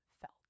felt